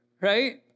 Right